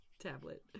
tablet